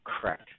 Correct